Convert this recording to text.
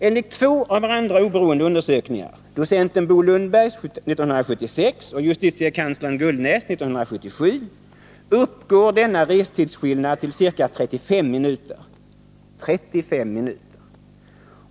Enligt två av varandra oberoende undersökningar, docenten Bo Lundbergs 1976 och justitiekanslern Gullnäs 1977, uppgår denna restidsskillnad till ca 35 minuter.